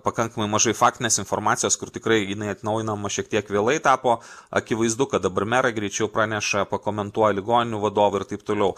pakankamai mažai faktinės informacijos kur tikrai jinai atnaujinama šiek tiek vėlai tapo akivaizdu kad dabar merai greičiau praneša pakomentuoja ligoninių vadovai ir taip toliau